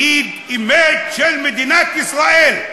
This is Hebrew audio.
"ידיד אמת של מדינת ישראל"